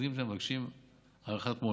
המייצגים שם מבקשים הארכת מועד.